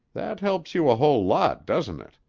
that helps you a whole lot, doesn't it?